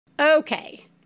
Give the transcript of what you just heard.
Okay